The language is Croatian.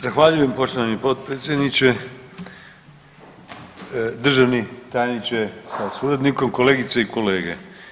Zahvaljujem poštovani potpredsjedniče, državni tajniče sa suradnikom, kolegice i kolege.